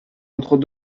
entre